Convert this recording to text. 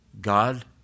God